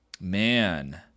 Man